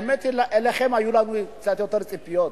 באמת, מכם היו לנו קצת יותר ציפיות,